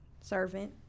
servant